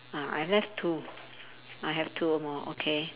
uh I have two I have two more okay